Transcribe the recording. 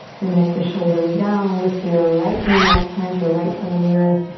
the neck, the shoulders down. lift your right knee up, plant your right foot on the earth,